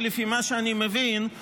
לפי מה שאני מבין,